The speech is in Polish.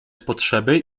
potrzeby